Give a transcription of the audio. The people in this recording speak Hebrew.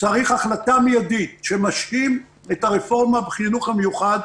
צריך לקבל החלטה מידית שמשהים את הרפורמה בחינוך המיוחד.